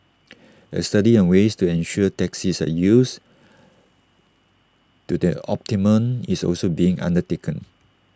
A study on ways to ensure taxis are used to the optimum is also being undertaken